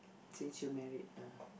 since you married a